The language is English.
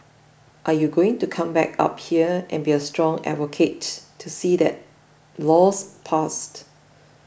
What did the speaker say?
are you going to come back up here and be a strong advocate to see that law's passed